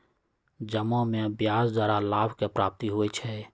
जमा में ब्याज द्वारा लाभ के प्राप्ति होइ छइ